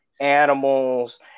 animals